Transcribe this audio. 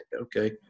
okay